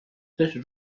this